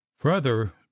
brother